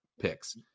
picks